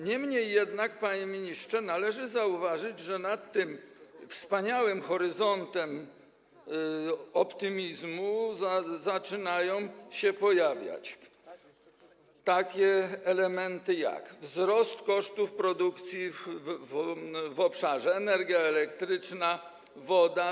Niemniej jednak, panie ministrze, należy zauważyć, że na tym wspaniałym horyzoncie optymizmu zaczynają się pojawiać takie elementy, jak wzrost kosztów produkcji za sprawą obszaru energii elektrycznej i wody.